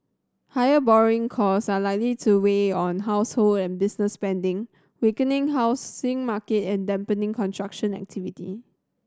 higher borrowing cost are likely to weigh on household and business spending weaking housing market and dampening construction activity